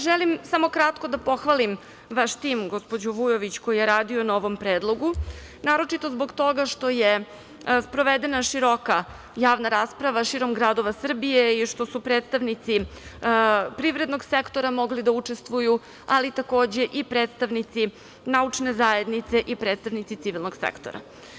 Želim samo kratko da pohvalim vaš tim, gospođu Vujović, koji je radio na ovom predlogu, naročito zbog toga što je sprovedena široka javna rasprava širom gradova Srbije i što su predstavnici privrednog sektora mogli da učestvuju, ali takođe i predstavnici naučne zajednice i predstavnici civilnog sektora.